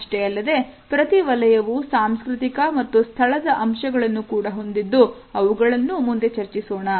ಅಷ್ಟೇ ಅಲ್ಲದೆ ಪ್ರತಿ ವಲಯವೂ ಸಾಂಸ್ಕೃತಿಕ ಮತ್ತು ಸ್ಥಳದ ಅಂಶಗಳನ್ನು ಕೂಡ ಹೊಂದಿದ್ದು ಅವುಗಳನ್ನು ಮುಂದೆ ಚರ್ಚಿಸೋಣ